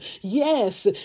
Yes